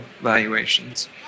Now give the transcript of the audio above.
valuations